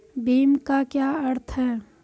भीम का क्या अर्थ है?